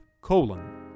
colon